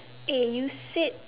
eh you said